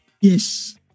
Yes